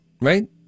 right